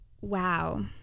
Wow